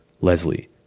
Leslie